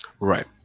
Right